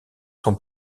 son